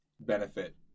benefit